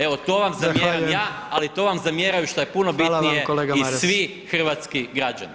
Evo to vam zamjeram ja ali to vam zamjeraju šta je puno bitnije i svi hrvatski građani.